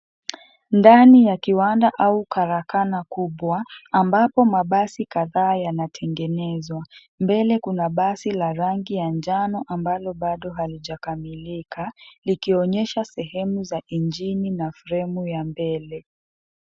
Ndani ya kiwanda au karakana kubwa ambapo mabasi kadhaa yanatengenezwa, mbele kuna basi la rangi ya njano ambalo bado halijakamilika likionyesha sehemu ya injini fremu ya mbele.